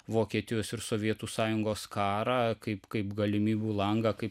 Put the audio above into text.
vokietijos ir sovietų sąjungos karą kaip kaip galimybių langą kaip